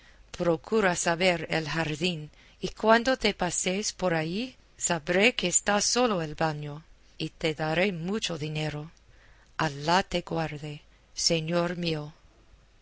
procura saber el jardín y cuando te pasees por ahí sabré que está solo el baño y te daré mucho dinero alá te guarde señor mío